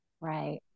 right